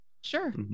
Sure